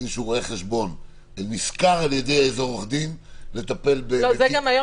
רואה חשבון נשכר על ידי עורך דין לטפל בתיק --- גם היום